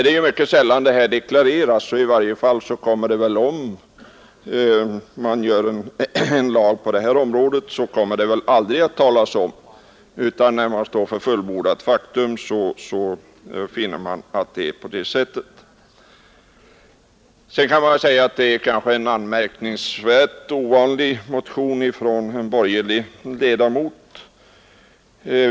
Det är mycket sällan avsikten deklareras, och om vi stiftar en lag på det här området kommer man väl aldrig att omtala sin verkliga avsikt, utan vi ställs inför fullbordat faktum. Man kanske kan tillägga att det här är en anmärkningsvärt ovanlig motion från en borgerlig ledamot.